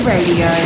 Radio